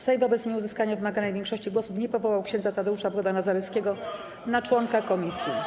Sejm wobec nieuzyskania wymaganej większości głosów nie powołał ks. Tadeusza Bohdana Zaleskiego na członka komisji.